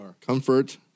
Comfort